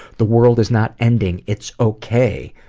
the world is not ending it's okay.